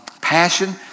passion